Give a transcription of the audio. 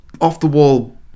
off-the-wall